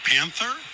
Panther